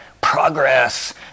Progress